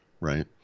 right